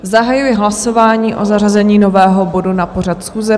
Zahajuji hlasování o zařazení nového bodu na pořad schůze.